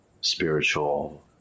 spiritual